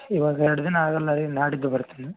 ಇವಾಗ ಎರಡು ದಿನ ಆಗೋಲ್ಲ ರೀ ನಾಡಿದ್ದು ಬರ್ತೀನಿ